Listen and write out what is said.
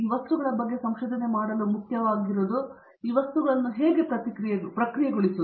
ಈ ವಸ್ತುಗಳ ಬಗ್ಗೆ ಸಂಶೋಧನೆ ಮಾಡಲು ಮುಖ್ಯವಾದದ್ದು ಈ ವಸ್ತುಗಳನ್ನು ಹೇಗೆ ಪ್ರಕ್ರಿಯೆಗೊಳಿಸುವುದು